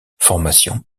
formation